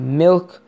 milk